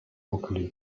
locally